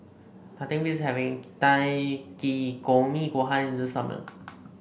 nothing beats having Takikomi Gohan in the summer